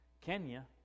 Kenya